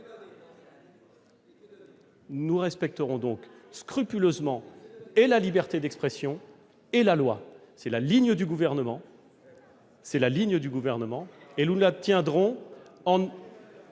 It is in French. Nous respecterons donc scrupuleusement et la liberté d'expression et la loi. C'est la ligne du Gouvernement, ... Je n'ai pas de mots !... et nous la tiendrons en